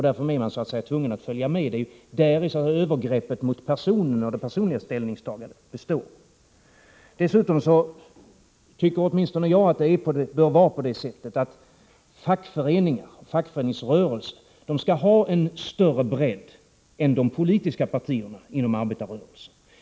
Därför blir man tvungen att följa med. Det är däri övergreppet mot det personliga ställningstagandet består. Dessutom tycker åtminstone jag att fackföreningar och fackföreningsrörelsen skall ha en större bredd än de politiska partierna inom arbetarrörelsen.